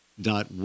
dot